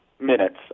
minutes